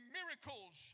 miracles